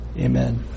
Amen